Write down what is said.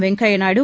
Venkaiah Naidu